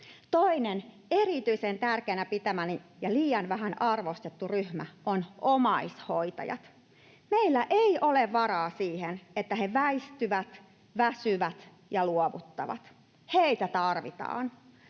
Toinen erityisen tärkeänä pitämäni ja liian vähän arvostettu ryhmä on omaishoitajat. Meillä ei ole varaa siihen, että he väistyvät, väsyvät ja luovuttavat. Heitä tarvitaan.